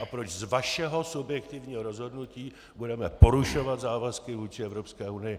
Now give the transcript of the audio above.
A proč z vašeho subjektivního rozhodnutí budeme porušovat závazky vůči Evropské unii?